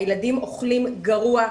הילדים אוכלים גרוע,